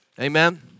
Amen